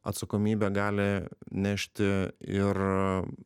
atsakomybę gali nešti ir